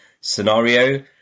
scenario